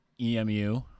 EMU